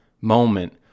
moment